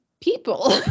people